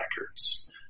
records